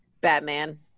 Batman